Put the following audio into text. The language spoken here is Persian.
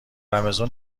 رمضون